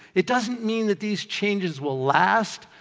it doesn't mean that these changes will last,